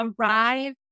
arrive